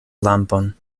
lampon